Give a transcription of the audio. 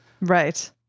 Right